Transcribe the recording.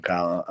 Kyle